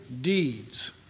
deeds